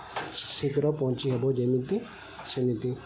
ଶୀଘ୍ର ପହଞ୍ଚି ହେବ ଯେମିତି ସେମିତି